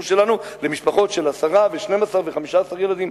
שלנו למשפחות של 10 ו-12 ו-15 ילדים.